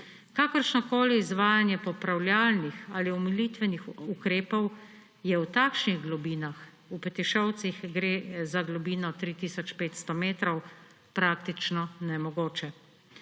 Kakršnokoli izvajanja popravljalnih ali omilitvenih ukrepov je v takšnih globinah, v Petišovcih gre za globino 3 tisoč 500 metrov, praktično nemogoče.